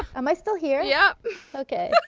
um i still here? yeah ok